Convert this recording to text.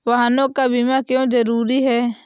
वाहनों का बीमा क्यो जरूरी है?